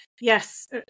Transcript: yes